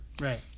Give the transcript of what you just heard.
Right